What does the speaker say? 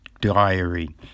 diary